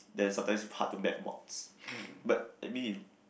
there's sometime hard to met what but that mean